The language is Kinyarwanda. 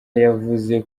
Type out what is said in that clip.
yavuze